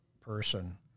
person